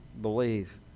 believe